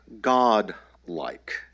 God-like